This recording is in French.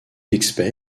expert